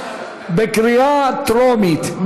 בקריאה טרומית.